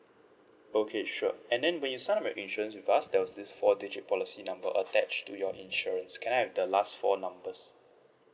okay sure and then when you sign up your insurance with us there was this four digit policy number attached to your insurance can I have the last four numbers